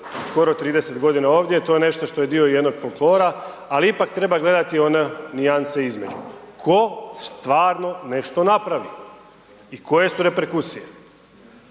skoro 30 godina ovdje, to je nešto što je dio jednog folklora. Ali ipak treba gledati one nijanse između tko stvarno nešto napravi i koje su reperkusije.